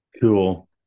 Cool